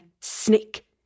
snake